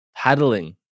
Paddling